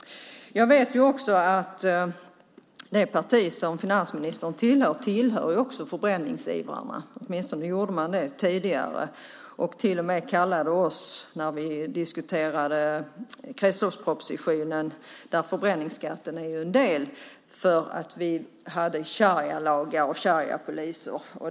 Jag vet också att finansministerns parti tillhör förbränningsivrarna. Åtminstone gjorde man det tidigare. När vi diskuterade kretsloppspropositionen där förbränningsskatten är en del påstod man att vi hade sharialagar och shariapoliser.